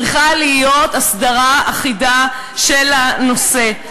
צריכה להיות אסדרה אחידה של הנושא.